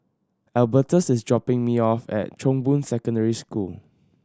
Albertus is dropping me off at Chong Boon Secondary School